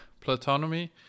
Platonomy